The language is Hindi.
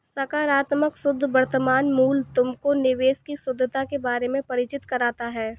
सकारात्मक शुद्ध वर्तमान मूल्य तुमको निवेश की शुद्धता के बारे में परिचित कराता है